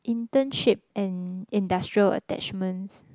internship and industrial attachments